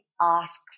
ask